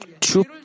true